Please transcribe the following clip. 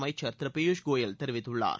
அமைச்சர் திரு பியூஷ் கோயல் தெரிவித்துள்ளார்